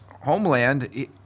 homeland